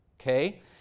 Okay